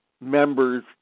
members